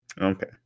Okay